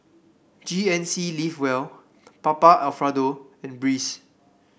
G N C Live Well Papa Alfredo and Breeze